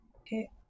Okay